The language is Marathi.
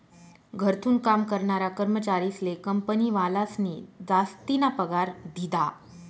घरथून काम करनारा कर्मचारीस्ले कंपनीवालास्नी जासतीना पगार दिधा